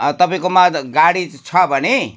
तपाईँकोमा गाडी छ भने